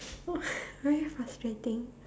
very frustrating